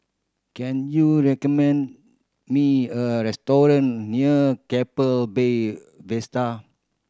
can you recommend me a restaurant near Keppel Bay Vista